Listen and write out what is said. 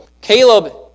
Caleb